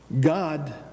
God